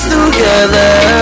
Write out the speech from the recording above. Together